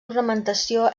ornamentació